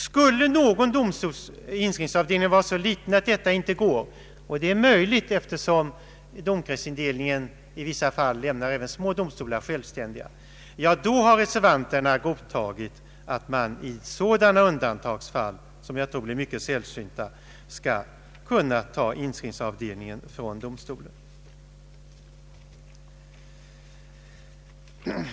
Skulle någon inskrivningsavdelning vara så liten att detta inte går — och det är möjligt, eftersom domkretsindelningen i vissa fall lämnar även små domstolar kvar — har reservanterna godtagit att man i sådana undantagsfall, som jag tror blir mycket sällsynta, skall kunna ta inskrivningsavdelningen från domstolen.